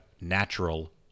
natural